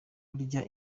burya